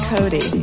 Cody